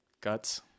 Guts